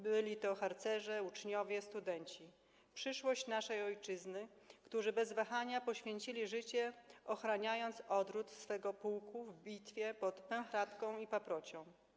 Byli to harcerze, uczniowie, studenci - przyszłość naszej ojczyzny, którzy bez wahania poświęcili życie, ochraniając odwrót swego pułku w bitwie pod Pęchratką i Paprocią.